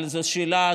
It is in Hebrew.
אבל זו שאלה,